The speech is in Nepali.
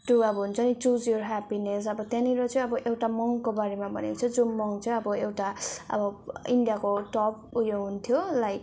त्यो अब हुन्छ नि चुज युर ह्याप्पिनेस अब त्यहाँनेर चाहिँ अब एउटा मन्कको बारेमा भनेको छ जुन मन्क चाहिँ अब एउटा अब इन्डियाको टप उयो हुन्थ्यो लाइक